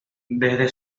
desde